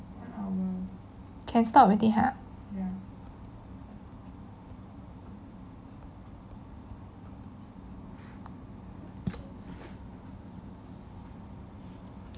can stop already !huh!